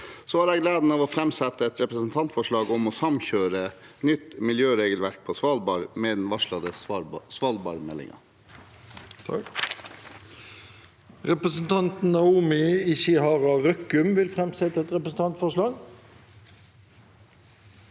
jeg gleden av å framsette et representantforslag om å samkjøre nytt miljøregelverk på Svalbard med den varslede Svalbardmeldingen. Presidenten Representanten Naomi Ichihara Røkkum vil framsette et representantforslag.